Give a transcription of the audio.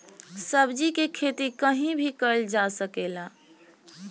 सब्जी के खेती कहीं भी कईल जा सकेला